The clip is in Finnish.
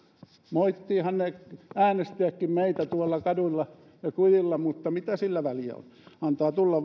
moittivathan ne äänestäjätkin meitä tuolla kaduilla ja kujilla mutta mitä sillä väliä on antaa tulla